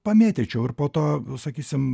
pamėtyčiau ir po to sakysim